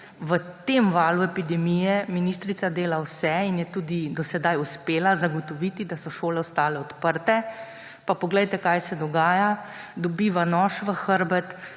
v tem valu epidemije ministrica dela vse in je tudi do sedaj uspela zagotoviti, da so šole ostale odprte, pa poglejte, kaj se dogaja – dobiva nož v hrbet